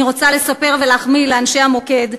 אני רוצה לספר ולהחמיא לאנשי המוקד,